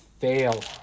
Fail